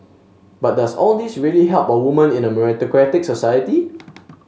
but does all this really help women in a meritocratic society